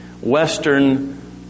Western